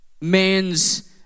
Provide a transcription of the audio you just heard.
man's